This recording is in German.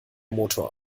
motor